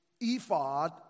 ephod